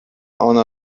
ona